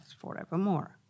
forevermore